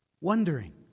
wondering